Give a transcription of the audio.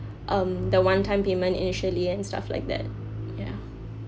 um the one time payment initially and stuff like that ya